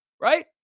right